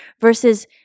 versus